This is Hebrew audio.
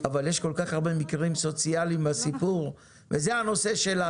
אבל יש כל כך הרבה מקרים סוציאליים בסיפור וזה הנושא שלנו,